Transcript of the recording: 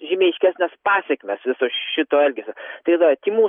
žymiai aiškesnės pasekmės viso šito elgesio tai va tymų